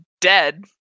dead